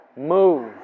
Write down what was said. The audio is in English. move